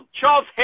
Charles